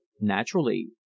Naturally